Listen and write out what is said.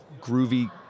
groovy